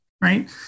right